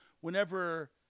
whenever